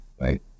right